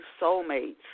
soulmates